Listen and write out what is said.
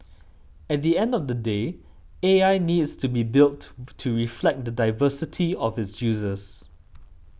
at the end of the day A I needs to be built to reflect the diversity of its users